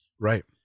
Right